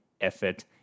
effort